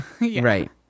Right